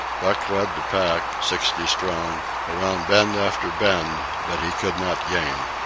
buck led the pack, sixty strong, around bend after bend, but he could not gain.